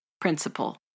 principal